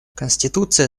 конституция